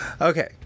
okay